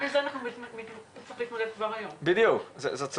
גם עם זה צריך להתמודד כבר היום, בלי קשר.